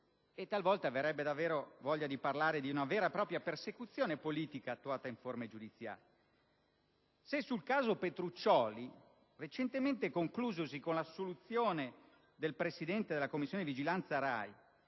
talvolta verrebbe davvero voglia di parlare di una vera e propria persecuzione politica attuata in forme giudiziarie. Se, infatti, sul cosiddetto caso Petruccioli (recentemente conclusosi con l'assoluzione dell'ex Presidente della Commissione di vigilanza RAI),